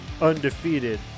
undefeated